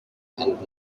and